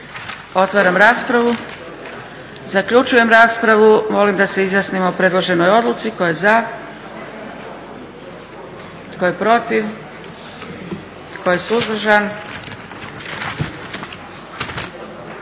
Otvaram raspravu. Zaključujem raspravu. Molim da se izjasnimo o predloženoj odluci. Tko je za? Tko je protiv? Tko je suzdržan?